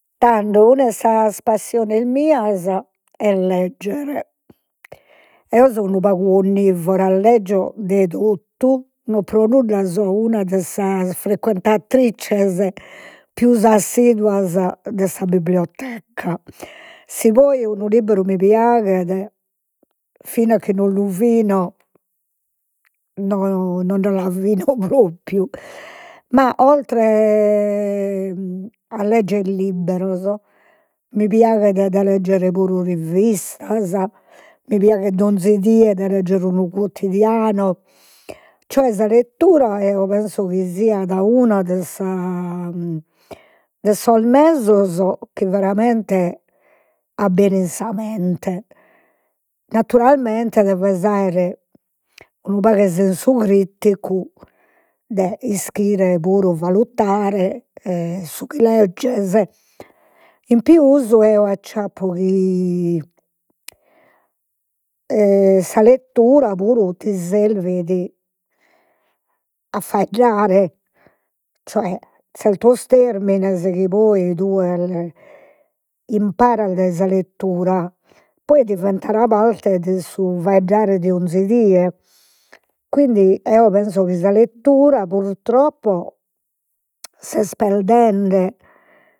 Tando, una 'e sas passiones mias est leggere, eo so unu pagu onnivora, leggio de totu, non pro nudda so una de sas frequentatrices pius assiduas de sa bibblioteca, si poi unu libberu mi piaghet fin'a chi non lu fino nonde la fino propriu, ma oltre a legger libberos, mi piaghet de legger puru rivistas, mi piaghet 'onzi die de legger unu quotidianu, cioè sa lettura eo penso chi siat una de sa de sos mesos chi veramente abberin sa mente, naturalmente deves aer unu pagu 'e sensu criticu de ischire puru valutare e su chi legges, in pius eo acciappo chi sa lettura puru ti servit a faeddare, cioè zertos termines chi poi tue imparas dai sa lettura, poi diventan parte de su faeddare de 'onzi die, quindi eo penso chi sa lettura purtroppo s'est perdende